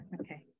okay